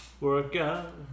Workout